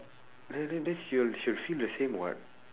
then then then she'll she'll feel the same [what]